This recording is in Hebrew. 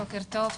בוקר טוב,